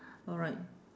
alright